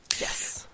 Yes